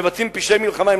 מבצעים פשעי מלחמה.